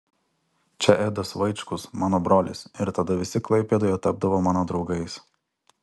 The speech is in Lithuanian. čia edas vaičkus mano brolis ir tada visi klaipėdoje tapdavo mano draugais